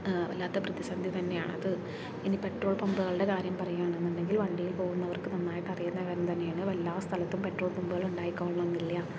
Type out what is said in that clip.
വല്ലാത്ത പ്രതിസന്ധി തന്നെയാണത് ഇനി പെട്രോൾ പമ്പുകളുടെ കാര്യം പറയുകയാണെന്നുണ്ടെങ്കിൽ വണ്ടിയിൽ പോകുന്നവർക്ക് നന്നായിട്ട് അറിയുന്ന കാര്യം തന്നെയാണ് എല്ലാ സ്ഥലത്തും പെട്രോൾ പമ്പുകൾ ഉണ്ടായിക്കൊള്ളണമെന്നില്ല